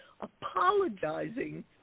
apologizing